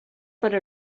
per